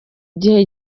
gihe